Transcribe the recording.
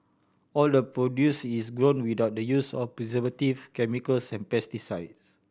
all the produce is grown without the use of preservative chemicals and pesticides